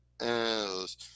else